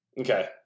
Okay